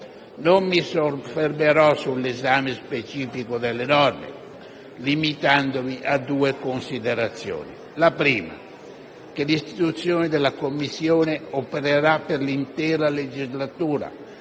Non mi soffermerò sull'esame specifico delle norme, limitandomi a due considerazioni. La prima è che l'istituzione della Commissione opererà per l'intera legislatura,